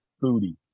Booty